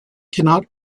cannot